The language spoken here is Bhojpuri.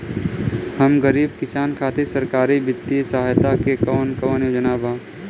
हम गरीब किसान खातिर सरकारी बितिय सहायता के कवन कवन योजना बा?